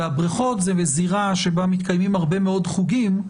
והבריכות זה בזירה שבה מתקיימים הרבה מאוד חוגים.